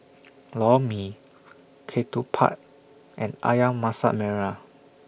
Lor Mee Ketupat and Ayam Masak Merah